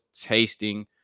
tasting